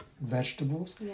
vegetables